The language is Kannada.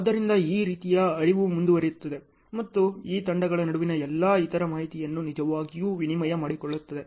ಆದ್ದರಿಂದ ಈ ರೀತಿಯ ಹರಿವು ಮುಂದುವರಿಯುತ್ತದೆ ಮತ್ತು ಈ ತಂಡಗಳ ನಡುವಿನ ಎಲ್ಲಾ ಇತರ ಮಾಹಿತಿಯನ್ನು ನಿಜವಾಗಿಯೂ ವಿನಿಮಯ ಮಾಡಿಕೊಳ್ಳಲಾಗುತ್ತದೆ